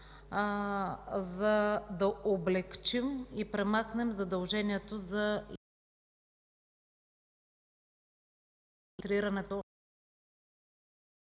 за да облекчим и премахнем задължението за